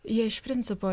jie iš principo